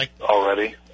Already